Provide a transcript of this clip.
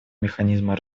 механизма